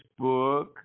Facebook